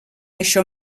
això